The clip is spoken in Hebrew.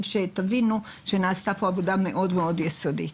שתבינו שנעשתה פה עבודה מאוד מאוד יסודית.